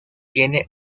tiene